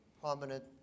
prominent